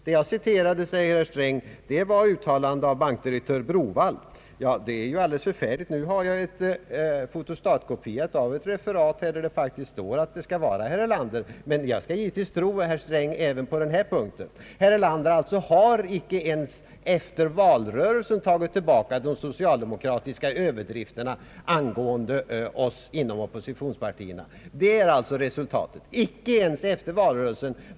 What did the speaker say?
Det jag citerade, säger herr Sträng, var ett uttalande av bankdirektör Browaldh. Ja, det är ju alldeles förfärligt, nu har jag en fotostatkopia där det står att det var herr Erlander som sade det, men jag skall givetvis tro herr Sträng även på denna punkt. Herr Erlander har alltså icke ens efter valrörelsen tagit tillbaka de socialdemokratiska överdrifterna angående oss inom oppositionspartierna. Det är resultatet. Icke ens efter valrörelsen!